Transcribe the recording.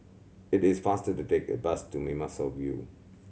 it is faster to take a bus to Mimosa View